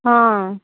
ହଁ